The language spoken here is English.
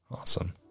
Awesome